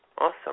Awesome